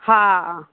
हा